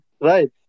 right